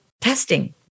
testing